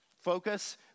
focus